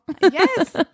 Yes